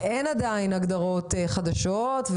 אמרנו שאין עדיין הגדרות חדשות.